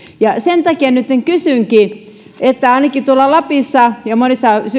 sen takia nytten kysynkin kun ainakin tuolla lapissa ja monilla